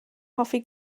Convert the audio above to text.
hoffi